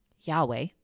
Yahweh